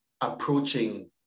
approaching